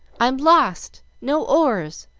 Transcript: i'm lost, no oars,